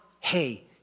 hey